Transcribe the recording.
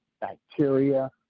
bacteria